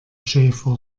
schäfer